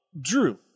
drew